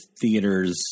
theaters